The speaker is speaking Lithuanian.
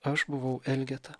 aš buvau elgeta